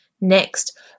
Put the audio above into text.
next